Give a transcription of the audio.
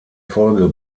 folge